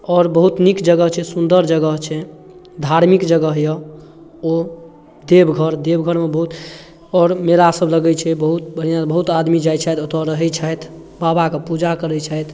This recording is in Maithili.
आओर बहुत नीक जगह छै सुन्दर जगह छै धार्मिक जगह अइ ओ देवघर देवघरमे बहुत आओर मेलासब लगै छै बहुत बढ़िआँ बहुत आदमी जाइ छथि ओतऽ रहै छथि बाबाके पूजा करै छथि